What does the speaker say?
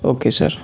okay sir